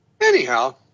anyhow